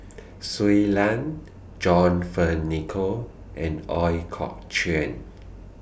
Shui Lan John Fearns Nicoll and Ooi Kok Chuen